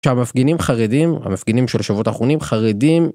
כשהמפגינים חרדים, המפגינים של השבועות אחרונים, חרדים...